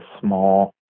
small